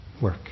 work